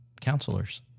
counselors